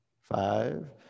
Five